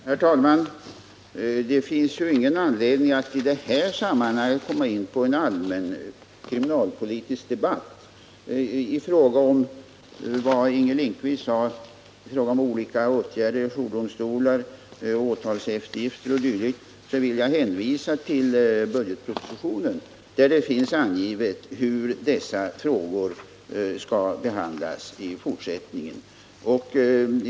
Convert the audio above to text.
Herr talman! Det finns ingen anledning att i det här sammanhanget komma in på en allmän kriminalpolitisk debatt. När det gäller vad Inger Lindquist sade om olika åtgärder — jourdomstolar, åtalseftergifter o. d. — vill jag hänvisa till budgetpropositionen. Där finns angivet hur dessa frågor skall behandlas i fortsättningen.